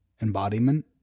embodiment